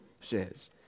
says